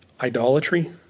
idolatry